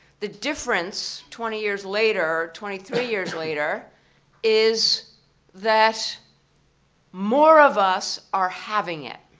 the difference twenty years later, twenty three years later is that more of us are having it.